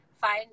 find